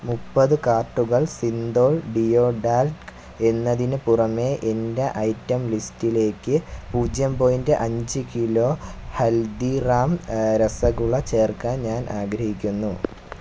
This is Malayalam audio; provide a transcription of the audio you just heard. മുപ്പത് കാർട്ടുകള് സിന്തോൾ ഡിയോ ഡാൽക് എന്നതിന് പുറമെ എന്റ ഐറ്റം ലിസ്റ്റിലേക്ക് പൂജ്യം പോയിന്റ് അഞ്ച് കിലോ ഹൽദിറാം രസഗുള ചേർക്കാൻ ഞാൻ ആഗ്രഹിക്കുന്നു